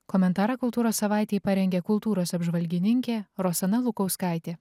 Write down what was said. komentarą kultūros savaitei parengė kultūros apžvalgininkė rosana lukauskaitė